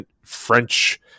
french